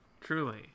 Truly